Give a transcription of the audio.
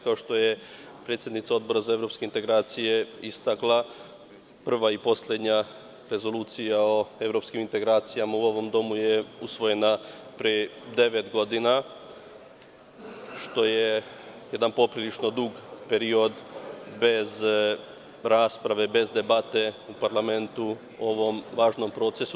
Kao što je predsednica Odbora za evropske integracije istakla prva i poslednja rezolucija o evropskim integracijama u ovom Domu je usvojena pre devet godina što je jedan poprilično dug period bez rasprave, bez debate u parlamentu o ovom važnom procesu.